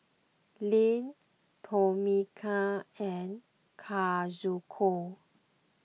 Lyn Tomeka and Kazuko